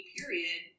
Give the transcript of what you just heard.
period